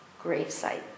gravesite